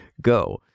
Go